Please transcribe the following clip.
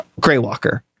Greywalker